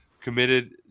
committed